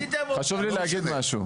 לא משנה.